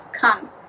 come